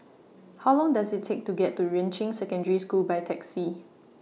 How Long Does IT Take to get to Yuan Ching Secondary School By Taxi